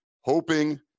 hoping